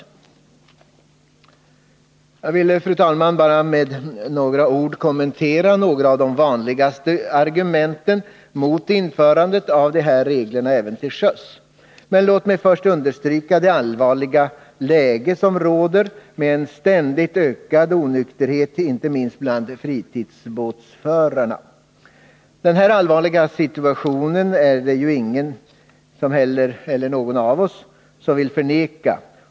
Jag vill, fru talman, med bara några ord kommentera några av de vanligaste argumenten mot införande av de här reglerna även till sjöss. Men låt mig först understryka det allvarliga läge som råder med en ständigt ökad onykterhet icke minst bland fritidsbåtförarna. Den här allvarliga situationen är det ju inte heller någon som vill förneka.